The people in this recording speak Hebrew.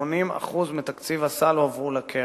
כ-80% מתקציב הסל הועברו לקרן.